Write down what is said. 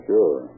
Sure